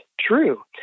true